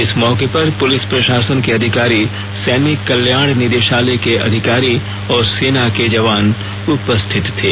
इस मौके पर पुलिस प्रशासन के अधिकारी सैनिक कल्याण निदेशालय के अधिकारी और सेना के जवान उपस्थित थे